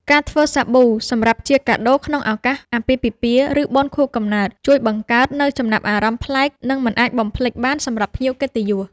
ការធ្វើសាប៊ូសម្រាប់ជាកាដូក្នុងឱកាសអាពាហ៍ពិពាហ៍ ឬបុណ្យខួបកំណើត ជួយបង្កើតនូវចំណាប់អារម្មណ៍ប្លែក និងមិនអាចបំភ្លេចបានសម្រាប់ភ្ញៀវកិត្តិយស។